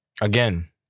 Again